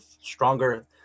stronger